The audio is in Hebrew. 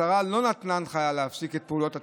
השרה לא נתנה הנחיה להפסיק את פעולות התכנון.